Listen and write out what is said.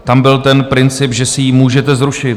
Tam byl ten princip, že si ji můžete zrušit.